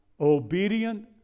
Obedient